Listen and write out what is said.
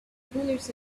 bullets